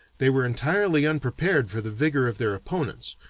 they were entirely unprepared for the vigor of their opponents,